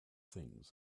things